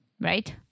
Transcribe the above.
right